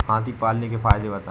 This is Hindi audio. हाथी पालने के फायदे बताए?